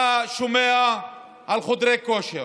אתה שומע על חדרי כושר.